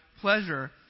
pleasure